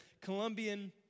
Colombian